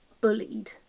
bullied